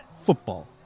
Football